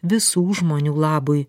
visų žmonių labui